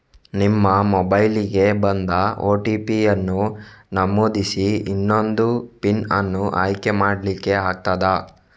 ನಿಮ್ಮ ಮೊಬೈಲಿಗೆ ಬಂದ ಓ.ಟಿ.ಪಿ ಅನ್ನು ನಮೂದಿಸಿ ಇನ್ನೊಂದು ಪಿನ್ ಅನ್ನು ಆಯ್ಕೆ ಮಾಡ್ಲಿಕ್ಕೆ ಆಗ್ತದೆ